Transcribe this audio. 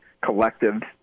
collective